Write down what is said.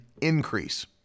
increase